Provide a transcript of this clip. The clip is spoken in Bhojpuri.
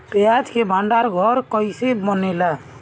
प्याज के भंडार घर कईसे बनेला?